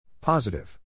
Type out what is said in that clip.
Positive